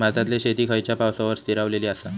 भारतातले शेती खयच्या पावसावर स्थिरावलेली आसा?